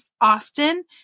often